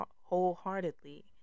wholeheartedly